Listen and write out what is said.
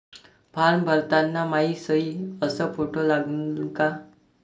Form भरताना मायी सयी अस फोटो लागन का?